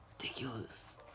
Ridiculous